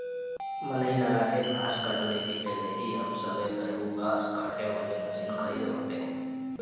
मनई लगा के घास कटले की जगही अब सभे केहू घास काटे वाला मशीन खरीदत बाटे